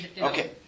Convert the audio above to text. Okay